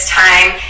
time